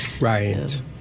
Right